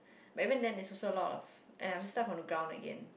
but even then there social a lot of and I have to start from the ground again